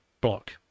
block